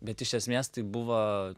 bet iš esmės tai buvo